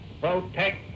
protect